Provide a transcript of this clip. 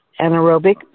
anaerobic